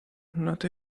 nad